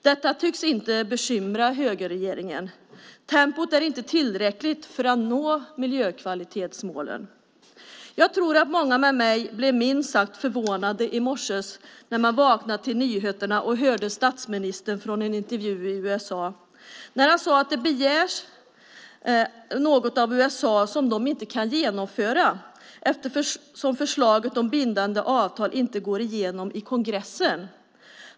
Detta tycks inte bekymra högerregeringen. Tempot är inte tillräckligt för att nå miljökvalitetsmålen. Jag tror att många med mig blev minst sagt förvånade i morse när de vaknade till nyheterna och hörde statsministern i en intervju i USA. Han sade att det begärs något av USA som de inte kan genomföra eftersom förslaget om bindande avtal inte går igenom i kongressen.